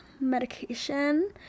medication